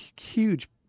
huge